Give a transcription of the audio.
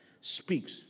speaks